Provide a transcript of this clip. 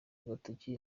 agatoki